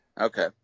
okay